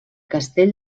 castell